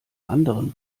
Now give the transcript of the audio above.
anderen